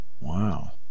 Wow